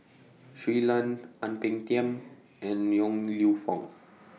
Shui Lan Ang Peng Tiam and Yong Lew Foong